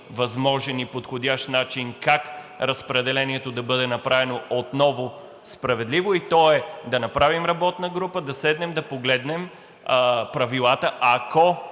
възможен и подходящ начин как разпределението да бъде направено отново справедливо и той е да направим работна група, да седнем, да погледнем правилата. Ако